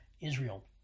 Israel